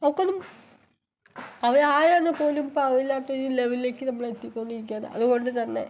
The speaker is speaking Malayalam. നോക്കണം അവര് ആരാന്ന് പോലും അറിവില്ലാത്തൊരു ലെവലിലേക്ക് നമ്മള് എത്തി കൊണ്ടിരിക്കുകയാണ് അതുകൊണ്ട് തന്നെ